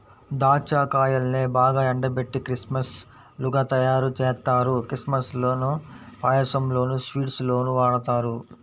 దాచ్చా కాయల్నే బాగా ఎండబెట్టి కిస్మిస్ లుగా తయ్యారుజేత్తారు, కిస్మిస్ లను పాయసంలోనూ, స్వీట్స్ లోనూ వాడతారు